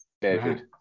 David